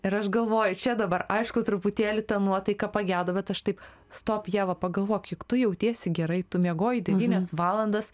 ir aš galvoju čia dabar aišku truputėlį ta nuotaika pagedo bet aš taip stop ieva pagalvok juk tu jautiesi gerai tu miegojai devynias valandas